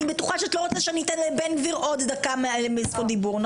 אני בטוחה שאת לא רוצה שאני אתן לבן גביר עוד דקה מזכות הדיבור,